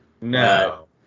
No